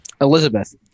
Elizabeth